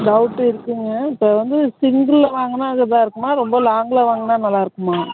doubt இருக்குங்க இப்போ வந்து சிங்கிளில் வாங்கினா இதா இருக்குமா ரொம்ப லாங்குல வாங்குனா நல்லா இருக்குமா